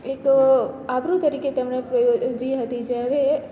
એક આબરૂ તરીકે તેમણે જી હતી જ્યારે